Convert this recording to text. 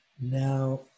Now